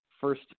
first